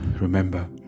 remember